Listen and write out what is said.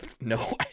No